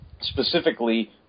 specifically